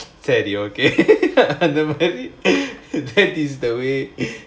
sadly okay don't worry that is the way